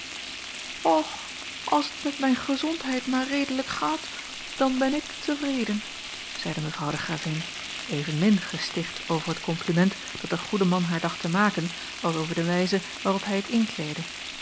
och als het met mijn gezondheid maar redelijk gaat dan ben ik tevreden zeide mevrouw de gravin evenmin gesticht over het kompliment dat de goede man haar dacht te maken als over de wijze waarop hij het